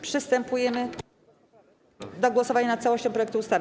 Przystępujemy do głosowania nad całością projektu ustawy.